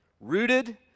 rooted